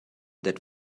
that